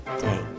day